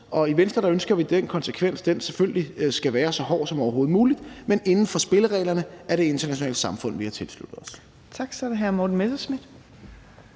og i Venstre ønsker vi, at den konsekvens selvfølgelig skal være så hård som overhovedet muligt, men inden for spillereglerne af det internationale samfund, som vi har tilsluttet os.